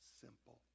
simple